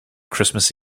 christmas